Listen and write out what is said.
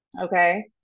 Okay